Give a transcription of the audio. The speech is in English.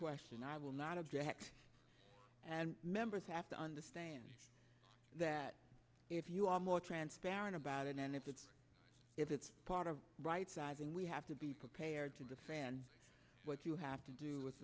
question i will not object and members have to understand that if you are more transparent about it if it's part of rightsizing we have to be prepared to defend what you have to do with